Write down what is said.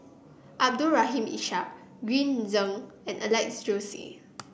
Abdul Rahim Ishak Green Zeng and Alex Josey